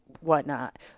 whatnot